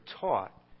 taught